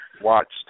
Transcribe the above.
watched